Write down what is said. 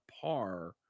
par